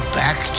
back